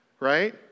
right